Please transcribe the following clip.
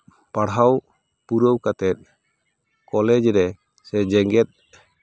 ᱯᱟᱲᱦᱟᱣ ᱯᱩᱨᱟᱹᱣ ᱠᱟᱛᱮ ᱠᱚᱞᱮᱡᱽ ᱨᱮ ᱥᱮ ᱡᱮᱜᱮᱛ